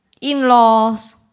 in-laws